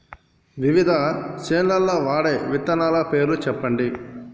వివిధ చేలల్ల వాడే విత్తనాల పేర్లు చెప్పండి?